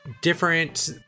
different